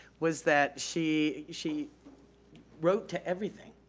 was that she she wrote to everything.